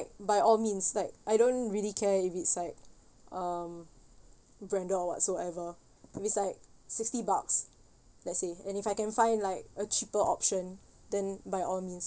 by all means like I don't really care if it's like um branded or whatsoever if it's like sixty bucks let's say and if I can find like a cheaper option then by all means